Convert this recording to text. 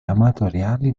amatoriali